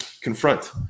Confront